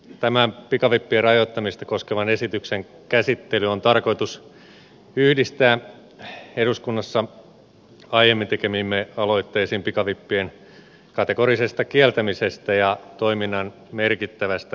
tämän pikavippien rajoittamista koskevan esityksen käsittely on tarkoitus yhdistää eduskunnassa aiemmin tekemiimme aloitteisiin pikavippien kategorisesta kieltämisestä ja toiminnan merkittävästä rajoittamisesta